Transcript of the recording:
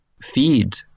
feed